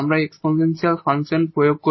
আমরা একটি exponential function প্রয়োগ করব